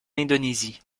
indonésie